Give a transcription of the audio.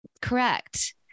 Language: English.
Correct